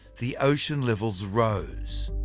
the ocean levels rose.